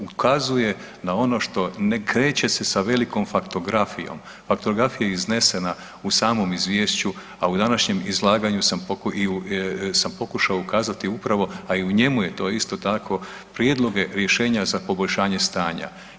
Ukazuje na ono što ne kreće se sa velikom faktografijom, faktografija je iznesena u samom izvješću a u današnjem izlaganju sam pokušao ukazati upravo a i u njemu je to isto tako, prijedloge rješenja za poboljšanje stanja.